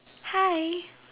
hi